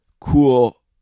cool